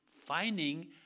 finding